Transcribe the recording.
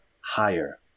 higher